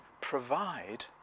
provide